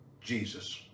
Jesus